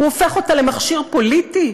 הוא הופך אותה למכשיר פוליטי.